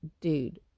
dude